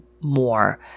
more